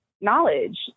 knowledge